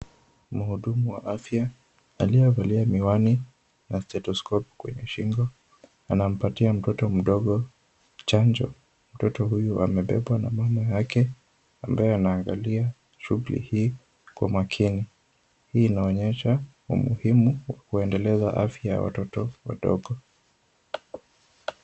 Mhudumu wa afya aliyevalia miwani na stethoskopu kwenye shingo, anampatia mtoto mdogo chanjo. Mtoto huyo amebebwa na mama yake ambaye anaangalia shughuli hii kwa makini. Hii inaonyesha umuhimu wa kuendeleza afya ya watoto wadogo.